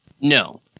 No